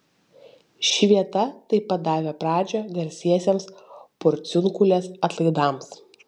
ši vieta tai pat davė pradžią garsiesiems porciunkulės atlaidams